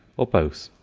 or both,